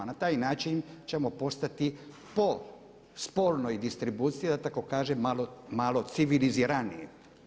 Na taj način ćemo postati po spolnoj distribuciji da tako kažem malo civiliziraniji.